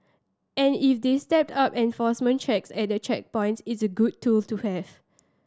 and if they step up enforcement checks at the checkpoints it's a good tool to have